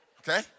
okay